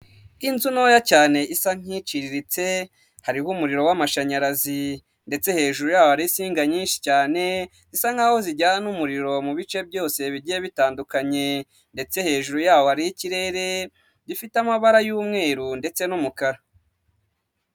Inzu ntoya cyane isa nk'iciriritse, hariho umuriro w'amashanyarazi. Ndetse hejuru yaho hariho insinga nyinshi cyane, zisa nkaho zijyana umuriro mu bice byose bigiye bitandukanye. Ndetse hejuru yaho hariho ikirere gifite amabara y'umweru ndetse n'umukara.